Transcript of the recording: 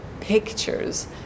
pictures